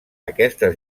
aquestes